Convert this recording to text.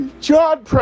John